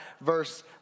verse